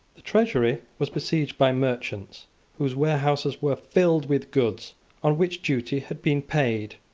the treasury was besieged by merchants whose warehouses were filled with goods on which duty had been paid,